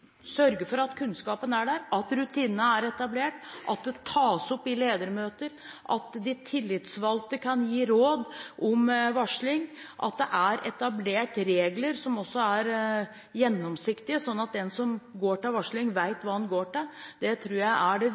sørge for at kunnskapen er der, at rutinene er etablert, at det tas opp i ledermøter, at de tillitsvalgte kan gi råd om varsling og at det er etablert regler som er gjennomsiktige sånn at den som varsler, vet hva man går til. Det tror jeg er det